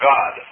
God